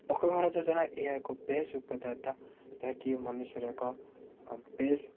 ପକ୍କା ଘର ଯୋଜନା ଏହା ଏକ ବେଶ୍ ଉପଦାର୍ତା ଯାହାକି ମନୁଷର ଏକ ବେଶ୍